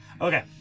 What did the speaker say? Okay